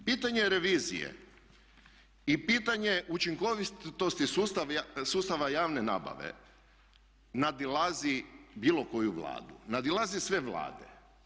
Pitanje je revizije i pitanje učinkovitosti sustava javne nabave nadilazi bilo koju vladu, nadilazi sve vlade.